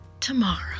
tomorrow